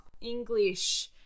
English